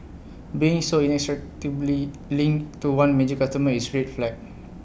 being so linked to one major customer is red flag